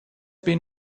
been